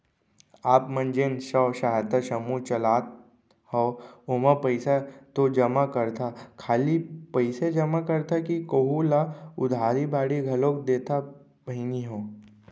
आप मन जेन स्व सहायता समूह चलात हंव ओमा पइसा तो जमा करथा खाली पइसेच जमा करथा कि कोहूँ ल उधारी बाड़ी घलोक देथा बहिनी हो?